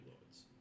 Lords